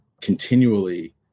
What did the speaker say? continually